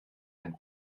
ein